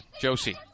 Josie